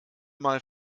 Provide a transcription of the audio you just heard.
mal